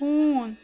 ہوٗن